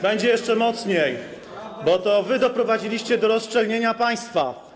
Będzie jeszcze mocniej, bo to wy doprowadziliście do rozszczelnienia państwa.